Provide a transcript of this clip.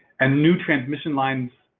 and new transmission lines